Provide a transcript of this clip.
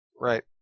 Right